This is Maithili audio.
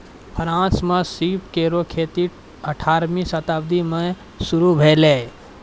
फ्रांस म सीप केरो खेती अठारहवीं शताब्दी में शुरू भेलै